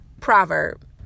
proverb